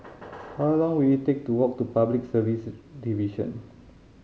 how long will it take to walk to Public Service Division